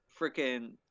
freaking